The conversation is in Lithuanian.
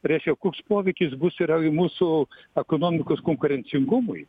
reiškia koks poveikis bus yra mūsų ekonomikos konkurencingumui